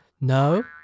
No